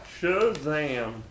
Shazam